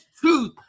truth